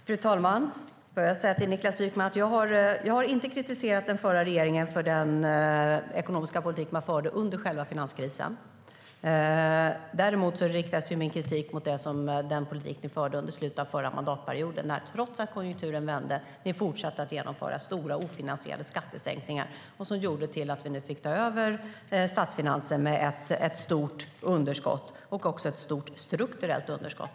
Fru talman! Jag vill säga till Niklas Wykman att jag inte har kritiserat den förra regeringen för den ekonomiska politik den förde under själva finanskrisen. Min kritik riktar sig mot den politik ni förde under slutet av förra mandatperioden, när ni trots att konjunkturen vände fortsatte att genomföra stora ofinansierade skattesänkningar. Det gjorde att vi fick ta över statsfinanser med ett stort underskott och även ett stort strukturellt underskott.